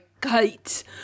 kite